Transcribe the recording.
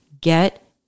Get